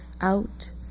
out